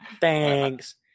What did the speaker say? thanks